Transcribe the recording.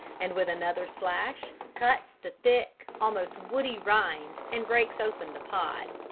and with another slash cuts the thick, almost woody rind and breaks open the pod.